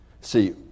See